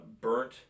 burnt